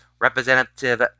Representative